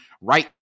right